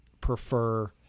prefer